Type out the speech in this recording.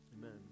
amen